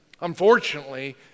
Unfortunately